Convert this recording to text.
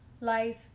life